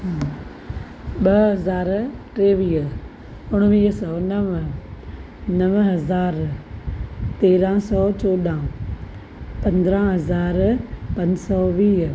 ॿ हज़ार टेवीह उणिवीह सौ नव नव हज़ार तेरहां सौ चोॾहां पंद्रहां हज़ार पंज सौ वीह